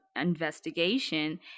investigation